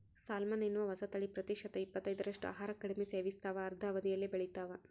salmon ಎನ್ನುವ ಹೊಸತಳಿ ಪ್ರತಿಶತ ಇಪ್ಪತ್ತೈದರಷ್ಟು ಆಹಾರ ಕಡಿಮೆ ಸೇವಿಸ್ತಾವ ಅರ್ಧ ಅವಧಿಯಲ್ಲೇ ಬೆಳಿತಾವ